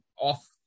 off